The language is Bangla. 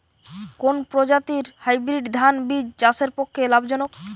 কোন প্রজাতীর হাইব্রিড ধান বীজ চাষের পক্ষে লাভজনক?